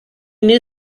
knew